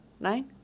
Nine